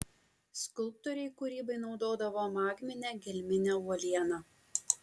skulptoriai kūrybai naudodavo magminę gelminę uolieną